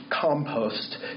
compost